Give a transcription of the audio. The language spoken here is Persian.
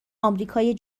آمریکای